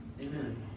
Amen